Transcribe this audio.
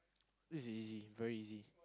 this is easy very easy